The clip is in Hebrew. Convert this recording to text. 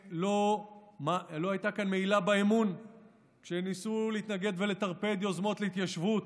האם לא הייתה כאן מעילה באמון כשניסו להתנגד ולטרפד יוזמות להתיישבות,